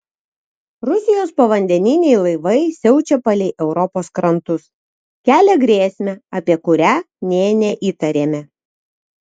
rusijos povandeniniai laivai siaučia palei europos krantus kelia grėsmę apie kurią nė neįtarėme